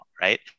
right